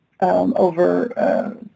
over